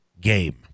game